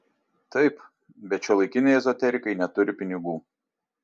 taip bet šiuolaikiniai ezoterikai neturi pinigų